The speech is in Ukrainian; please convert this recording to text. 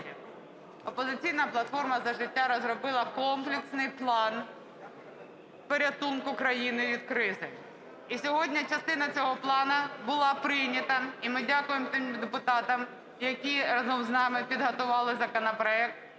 "Опозиційна платформа - За життя" розробила комплексний план порятунку країни від кризи. І сьогодні частина цього плану була прийнята. І ми дякуємо тим депутатам, які разом з нами підготували законопроект